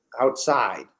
outside